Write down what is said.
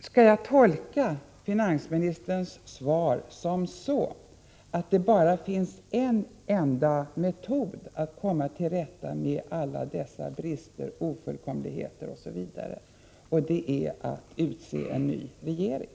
Skall jag tolka finansministerns svar så, att det bara finns en enda metod att komma till rätta med alla dessa brister och ofullkomligheter osv. — nämligen att utse en ny regering?